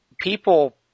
people